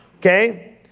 okay